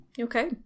Okay